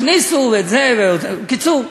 הכניסו את זה ואת זה, בקיצור.